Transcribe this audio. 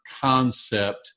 concept